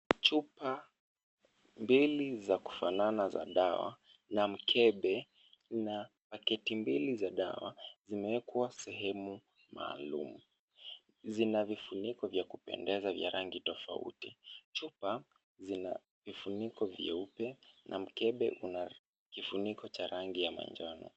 Chupa mbili za kufanana za dawa na mkebe na pakiti mbili za dawa zimeekwa sehemu maalum. Zina vifuniko vya kupendeza vya rangi tofauti. Chupa zina vifuniko vyeupe na mkebe una kifuniko cha rangi ya manjano.